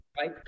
right